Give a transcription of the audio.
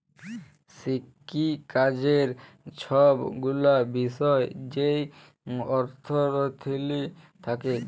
কিসিকাজের ছব গুলা বিষয় যেই অথ্থলিতি থ্যাকে